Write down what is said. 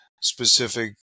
specific